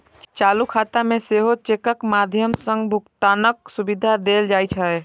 चालू खाता मे सेहो चेकक माध्यम सं भुगतानक सुविधा देल जाइ छै